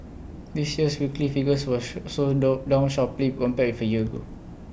this year's weekly figures were show also down sharply compared for year ago